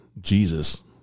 Jesus